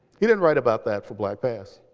he didn't write about that for blackpast.